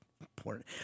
important